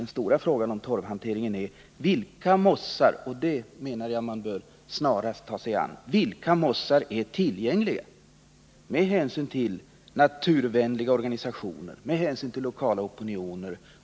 Den stora frågan när det gäller torvhanteringen är vilka mossar som — med hänsyn till naturvänliga organisationer, lokala opinioner och kommunala veton — är tillgängliga.